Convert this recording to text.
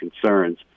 concerns